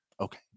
Okay